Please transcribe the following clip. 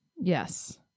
Yes